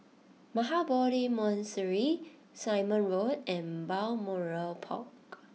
Mahabodhi Monastery Simon Road and Balmoral Park